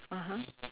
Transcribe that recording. (uh huh)